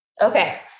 Okay